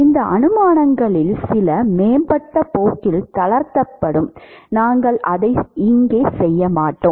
இந்த அனுமானங்களில் சில மேம்பட்ட போக்கில் தளர்த்தப்படும் நாங்கள் அதை இங்கே செய்ய மாட்டோம்